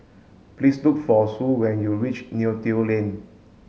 please look for Sue when you reach Neo Tiew Lane